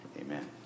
Amen